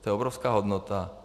To je obrovská hodnota.